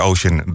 Ocean